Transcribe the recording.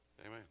Amen